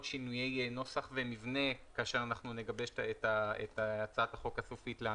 שינויי נוסח ומבנה כאשר נגבש את הצעת החוק הסופית להנחה.